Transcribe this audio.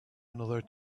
another